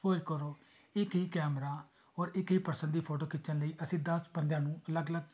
suppose ਕਰੋ ਇੱਕ ਹੀ ਕੈਮਰਾ ਔਰ ਇੱਕ ਹੀ ਪਰਸਨ ਦੀ ਫੋਟੋ ਖਿੱਚਣ ਲਈ ਅਸੀਂ ਦਸ ਬੰਦਿਆਂ ਨੂੰ ਅਲੱਗ ਅਲੱਗ